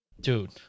dude